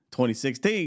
2016